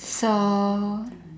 so